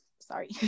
sorry